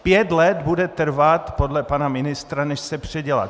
Pět let bude trvat podle pana ministra, než se předělá.